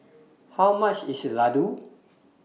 How much IS Ladoo